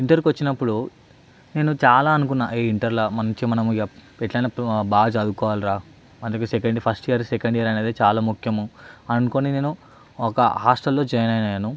ఇంటర్కు వచ్చినప్పుడు నేను చాలా అనుకున్నా ఏయ్ ఇంటర్లో మంచిగా మనం ఇక మనం ఎట్లయిన బాగా చదువుకోవాలిరా అంటే ఫస్ట్ ఇయర్ సెకండ్ ఇయర్ అనేవి చాలా ముఖ్యము అని అనుకుని నేను ఒక హాస్టల్లో జాయిన్ అయ్యాను